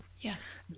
yes